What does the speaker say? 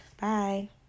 Bye